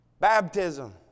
Baptism